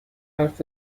حرف